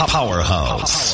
Powerhouse